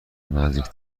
نزدیک